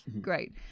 Great